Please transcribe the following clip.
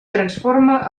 transforma